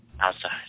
outside